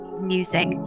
music